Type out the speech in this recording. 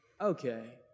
okay